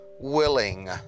willing